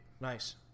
nice